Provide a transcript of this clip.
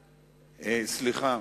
סליחה.